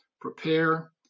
prepare